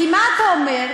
כי מה אתה אומר?